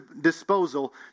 disposal